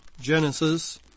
Genesis